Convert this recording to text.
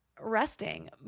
resting